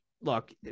look